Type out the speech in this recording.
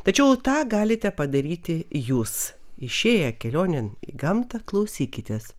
tačiau tą galite padaryti jūs išėję kelionėn į gamtą klausykitės